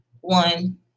one